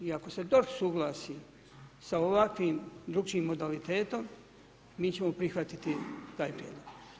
I ako se DORH suglasi sa ovakvim drukčijim modalitetom mi ćemo prihvatiti taj prijedlog.